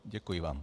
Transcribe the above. Děkuji vám.